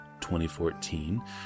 2014